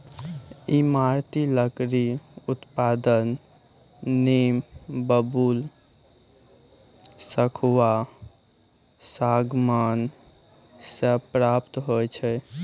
ईमारती लकड़ी उत्पादन नीम, बबूल, सखुआ, सागमान से प्राप्त होय छै